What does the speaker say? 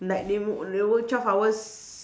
like they wo~ they work twelve hours